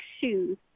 shoes